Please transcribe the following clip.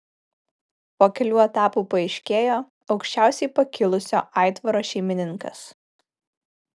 po kelių etapų paaiškėjo aukščiausiai pakilusio aitvaro šeimininkas